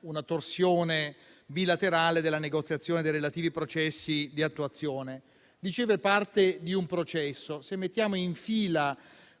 una torsione bilaterale della negoziazione dei relativi processi di attuazione. Come dicevo, è parte di un processo. Se mettiamo in fila